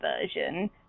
version